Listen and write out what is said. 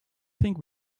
think